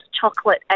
chocolate